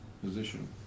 position